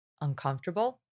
uncomfortable